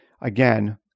again